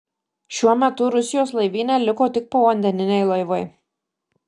šiuo metu rusijos laivyne liko tik povandeniniai laivai